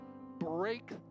Break